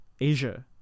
Asia